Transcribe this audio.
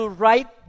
write